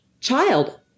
child